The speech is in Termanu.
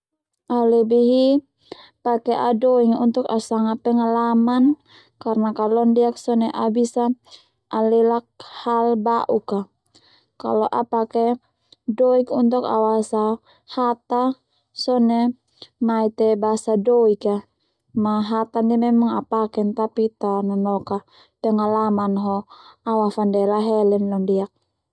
Au lebih hi pake au doing untuk au sanga pengalaman karna kalo londiak sone au bisa alelak hal ba'uk a kalo au pake doik untuk au asa hata sone maite basa doik ha ma hata ndia memang au paken tananok a pengalaman a ho au afandele ahelen londiak.